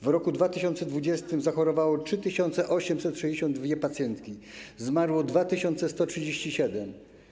W roku 2020 zachorowały 3862 pacjentki, zmarły 2137.